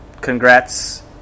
congrats